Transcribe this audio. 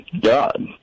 God